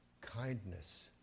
kindness